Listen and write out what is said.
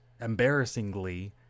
embarrassingly